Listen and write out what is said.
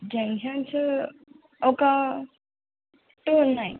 junctions ఒక two ఉన్నాయి